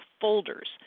folders